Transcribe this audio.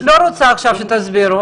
ברגע שיידעו שהפרויקט הזה באמת קורה.